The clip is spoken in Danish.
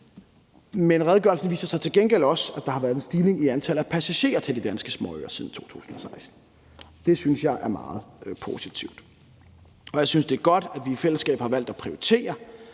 Men redegørelsen viser så til gengæld også, at der har været en stigning i antallet af passagerer til de danske småøer siden 2016. Det synes jeg er meget positivt, og jeg synes, det er godt, at vi i fællesskab har valgt at prioritere